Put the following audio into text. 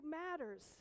matters